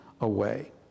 away